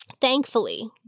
Thankfully